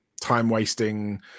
time-wasting